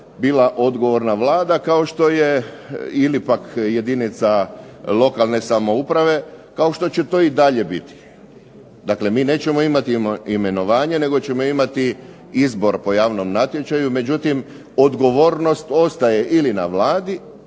bila odgovorna Vlada kao što je ili pak jedinica lokalne samouprave, kao što će to i dalje biti. Dakle, mi nećemo imati imenovanje nego ćemo imati izbor po javnom natječaju, međutim, odgovornost ostaje ili na Vladi